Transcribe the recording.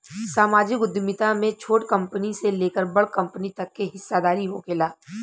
सामाजिक उद्यमिता में छोट कंपनी से लेकर बड़ कंपनी तक के हिस्सादारी होखेला